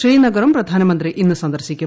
ശ്രീനഗറും പ്രധാനമന്ത്രി ഇന്ന് സന്ദർശിക്കും